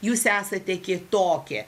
jūs esate kitokie